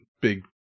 big